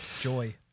Joy